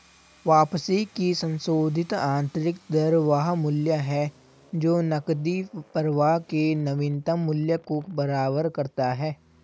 वापसी की संशोधित आंतरिक दर वह मूल्य है जो नकदी प्रवाह के नवीनतम मूल्य को बराबर करता है